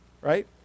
right